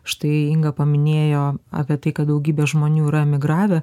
štai inga paminėjo apie tai kad daugybė žmonių yra emigravę